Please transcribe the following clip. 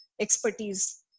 expertise